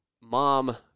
mom